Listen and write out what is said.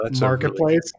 marketplace